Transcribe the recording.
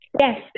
yes